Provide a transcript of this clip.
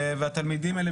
והתלמידים האלה,